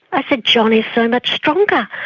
i said johnny is so much stronger.